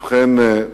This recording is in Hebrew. ובכן,